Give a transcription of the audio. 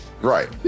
Right